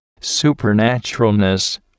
supernaturalness